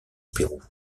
pérou